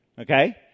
Okay